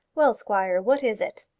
well, squire, what is it?